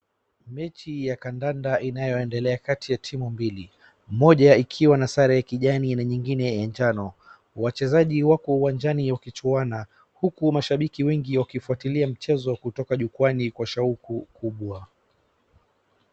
Mechi ya kandanda inayoendelea kati ya timu mbili. Moja ikiwa na sare ya kijani na nyingine ya jano. Wachezaji wako uwanjani wakichuana huku mashabiki wengi wakifuatilia mchezo kutoka jukwaani kwa shauku kubwa.